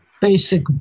basic